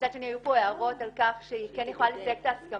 ומצד שני היו פה הערות על כך שהיא כן יכולה לסייג את ההסכמה.